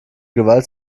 gewalt